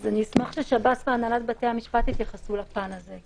אני אשמח ששב"ס והנהלת בתי המשפט יתייחסו לפן הזה.